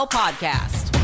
podcast